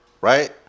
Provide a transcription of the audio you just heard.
right